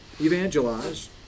evangelize